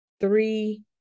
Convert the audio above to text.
three